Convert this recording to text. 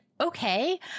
okay